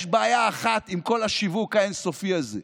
יש בעיה אחת עם כל השיווק האין-סופי הזה: